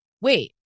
wait